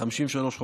התשס"א 2000,